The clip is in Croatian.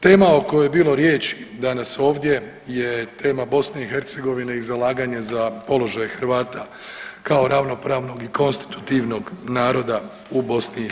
Tema o kojoj je bilo riječi danas ovdje je tema BiH i zalaganje za položaj Hrvata kao ravnopravnog i konstitutivnog naroda u BiH.